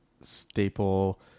staple